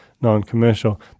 non-commercial